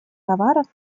товаров